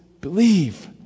believe